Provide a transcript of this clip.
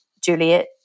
Juliet